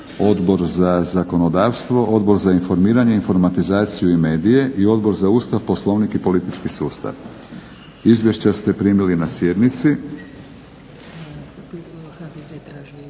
Odbor za zakonodavstvo, Odbor za informiranje, informatizaciju i medije i Odbor za Ustav, Poslovnik i politički sustav. Izvješća ste primili na sjednici. … /Upadica